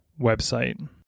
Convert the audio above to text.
website